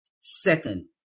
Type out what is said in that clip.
second